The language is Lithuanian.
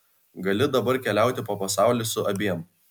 gali dabar keliauti po pasaulį su abiem